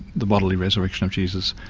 the bodily resurrection of jesus,